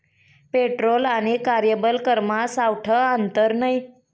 petrol आणि कार्यबल करमा सावठं आंतर नै